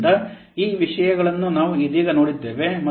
ಆದ್ದರಿಂದ ಈ ವಿಷಯಗಳನ್ನು ನಾವು ಇದೀಗ ನೋಡಿದ್ದೇವೆ